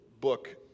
book